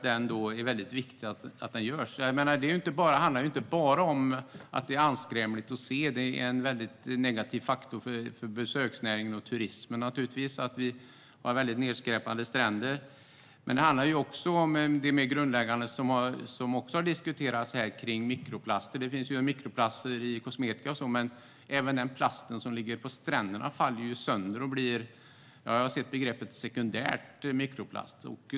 Det är mycket viktigt att den görs. Det handlar inte bara om att det är anskrämligt att se. Det är naturligtvis en mycket negativ faktor för besöksnäringen och turismen att ha nedskräpade stränder. Men det handlar också om något mer grundläggande som också har diskuterats kring mikroplaster. Det finns mikroplaster i kosmetika. Men även den plast som ligger på stränderna faller sönder och blir sekundär mikroplast, som är ett begrepp jag har sett.